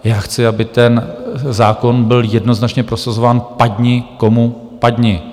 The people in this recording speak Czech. Já chci, aby ten zákon byl jednoznačně prosazován, padni komu padni.